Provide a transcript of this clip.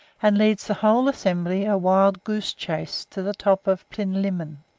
and leads the whole assembly a wild-goose chase to the top of plinlimmon,